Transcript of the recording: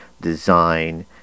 design